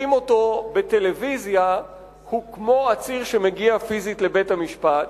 אותו בטלוויזיה הוא כמו עציר שמגיע פיזית לבית-המשפט.